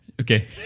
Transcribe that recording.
Okay